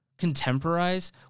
contemporize